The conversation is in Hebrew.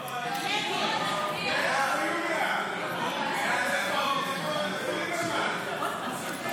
סעיף 2, כהצעת הוועדה, נתקבל.